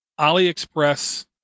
AliExpress